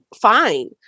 fine